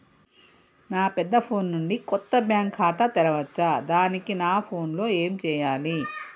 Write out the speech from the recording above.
నా పెద్ద ఫోన్ నుండి కొత్త బ్యాంక్ ఖాతా తెరవచ్చా? దానికి నా ఫోన్ లో ఏం చేయాలి?